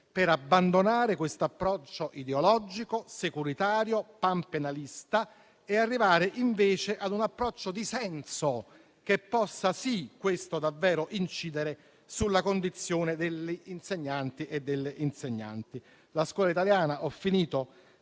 abbandonare l'approccio ideologico, securitario e panpenalista per arrivare invece a un approccio di senso che possa, questo sì, davvero incidere sulla condizione degli insegnanti e delle insegnanti. In conclusione, credo